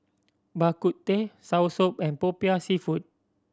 Bak Kut Teh soursop and Popiah Seafood